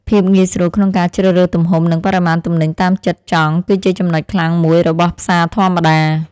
ភាពងាយស្រួលក្នុងការជ្រើសរើសទំហំនិងបរិមាណទំនិញតាមចិត្តចង់គឺជាចំណុចខ្លាំងមួយរបស់ផ្សារធម្មតា។